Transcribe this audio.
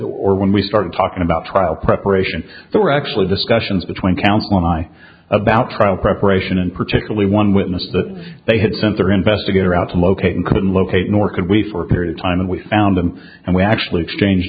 or when we started talking about trial preparation they were actually discussions between counts my about trial preparation and particularly one witness that they had sent their investigator out to locate and couldn't locate nor could we for a period of time and we found them and we actually exchanged